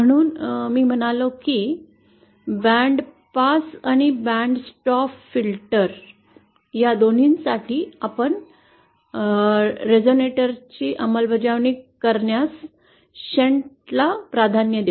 म्हणून मी म्हणालो की बँड पास आणि बँड स्टॉप फिल्टर या दोहोंसाठी आपन रेझोनेटरची अंमलबजावणी करण्यास शंट ला प्राधान्य देऊ